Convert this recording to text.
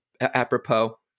apropos